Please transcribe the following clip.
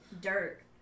dirt